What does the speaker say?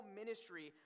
ministry